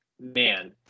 man